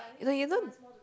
you know you don't